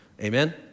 Amen